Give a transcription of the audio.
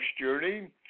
journey